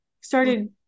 Started